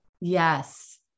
Yes